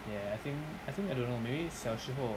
ya I think I think I don't know maybe 小时候